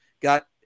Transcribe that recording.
got